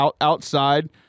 outside